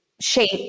shape